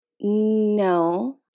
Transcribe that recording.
no